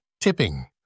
Tipping